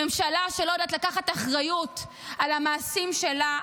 ממשלה שלא יודעת לקחת אחריות על המעשים שלה,